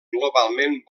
globalment